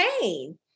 pain